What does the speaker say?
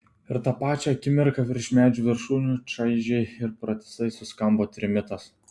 ir tą pačią akimirką virš medžių viršūnių čaižiai ir pratisai suskambo trimitas